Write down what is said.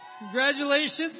Congratulations